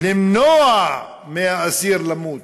למנוע מהאסיר למות,